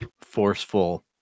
forceful